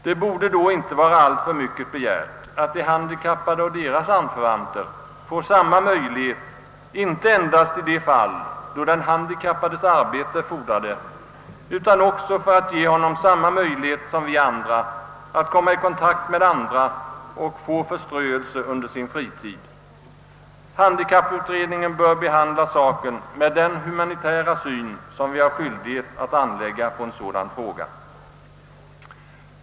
Det borde då inte vara alltför mycket begärt att de handikappade och deras anförvanter får samma möjlighet inte endast i de fall då den handikappades arbete fordrar det utan också för att ge honom samma möjlighet som vi andra har att komma i kontakt med andra människor och få förströelse under sin fritid. Handikapputredningen bör behandla saken med den humanitära syn som vi har skyldighet att anlägga på en sådan fråga.